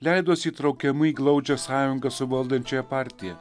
leidosi įtraukiami į glaudžią sąjungą su valdančiąja partija